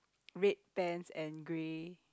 red pants and grey